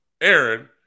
Aaron